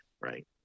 Right